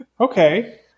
Okay